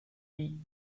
die